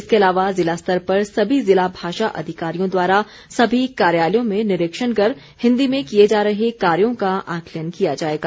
इसके अलावा जिला स्तर पर सभी जिला भाषा अधिकारियों द्वारा सभी कार्यालयों में निरीक्षण कर हिंदी में किए जा रहे कार्यो का आकलन किया जाएगा